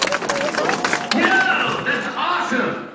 so yeah! that's awesome!